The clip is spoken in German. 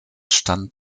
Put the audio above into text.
stand